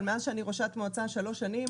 אבל מאז שאני ראשת מועצה שלוש שנים,